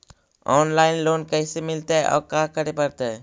Online loan कैसे मिलतै औ का करे पड़तै?